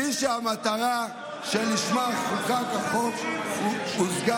למה דרעי לא, בלי שהמטרה שלשמה חוקק החוק הושגה.